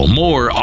more